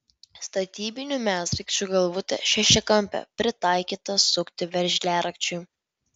statybinių medsraigčių galvutė šešiakampė pritaikyta sukti veržliarakčiu